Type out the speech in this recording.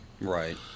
Right